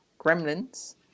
gremlins